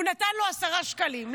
הוא נתן לו עשרה שקלים.